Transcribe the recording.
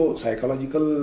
psychological